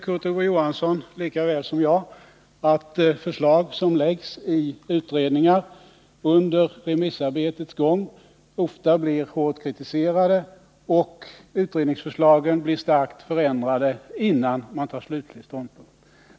Kurt Ove Johansson vet lika väl som jag att förslag som läggs fram av utredningar ofta blir hårt kritiserade under remissarbetets gång och att utredningsförslagen blir starkt förändrade innan man tar slutlig ståndpunkt.